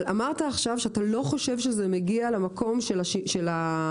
אמרת עכשיו שאתה לא חושב שזה מגיע למקום של המבחן